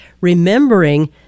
remembering